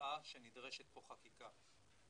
קבעה שנדרשת פה חקיקה.